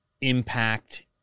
impact